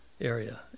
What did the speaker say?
area